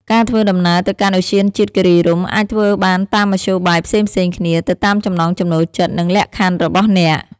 ការធ្វើដំណើរទៅកាន់ឧទ្យានជាតិគិរីរម្យអាចធ្វើបានតាមមធ្យោបាយផ្សេងៗគ្នា ទៅតាមចំណង់ចំណូលចិត្ត និងលក្ខខណ្ឌរបស់អ្នក។